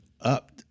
up